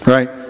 Right